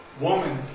woman